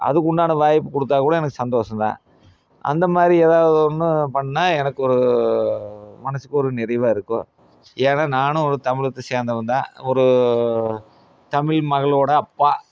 அதுக்குண்டான வாய்ப்பு கொடுத்தாக்கூட எனக்கு சந்தோஷம்தேன் அந்த மாதிரி ஏதாவது ஒன்று பண்ணிணா எனக்கு ஒரு மனதுக்கு ஒரு நிறைவாக இருக்கும் ஏன்னால் நானும் ஒரு தமிழகத்தை சேர்ந்தவன்தான் ஒரு தமிழ் மகளோட அப்பா